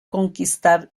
conquistar